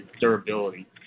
durability